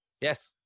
Yes